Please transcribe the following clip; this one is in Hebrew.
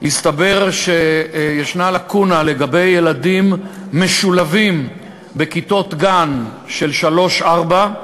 הסתבר שישנה לקונה לגבי ילדים משולבים בכיתות גן של שלוש-ארבע.